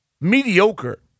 mediocre